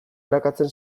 arakatzen